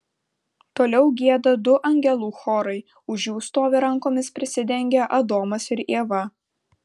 toliau gieda du angelų chorai už jų stovi rankomis prisidengę adomas ir ieva